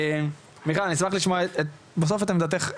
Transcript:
מיכל אני אשמח לשמוע בסוף את עמדתך,